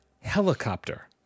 helicopter